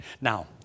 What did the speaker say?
Now